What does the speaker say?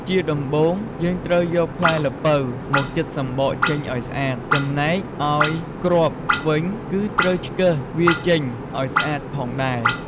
ជាដំំំបូង យើងត្រូវយកផ្លែល្ពៅមកចិតសំបកចេញឲ្យស្អាត ចំណែកឲ្យគ្រាប់វិញក៏ត្រូវឆ្កឹះវាចេញឲ្យស្អាតផងដែរ។